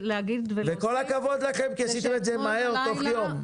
כל הכבוד לכם כי עשיתם את זה מהר תוך יום.